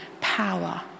power